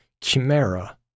chimera